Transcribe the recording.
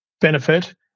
benefit